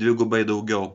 dvigubai daugiau